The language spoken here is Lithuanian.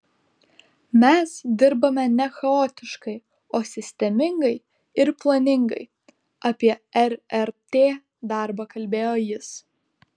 mes dirbame ne chaotiškai o sistemingai ir planingai apie rrt darbą kalbėjo jis